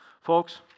Folks